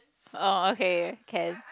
orh okay can